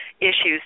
issues